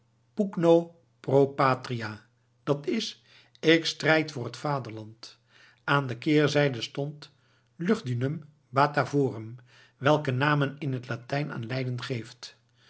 pugno pro patria dat is ik strijd voor het vaderland aan de keerzijde stond lugdunum batavorum welke naam men in het latijn aan leiden geeft